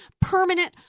permanent